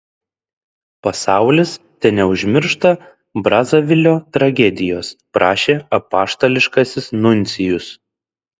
pasaulis teneužmiršta brazavilio tragedijos prašė apaštališkasis nuncijus